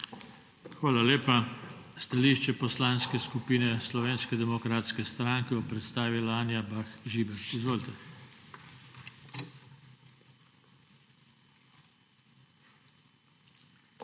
Hvala lepa. Stališče Poslanske skupine Slovenske demokratske stranke bo predstavila Anja Bah Žibert. Izvolite. ANJA BAH